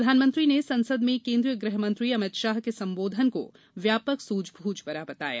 प्रधानमंत्री ने संसद में केन्द्रीय गृह मंत्री अमित शाह के संबोधन को व्यापक सूझबूझ भरा बताया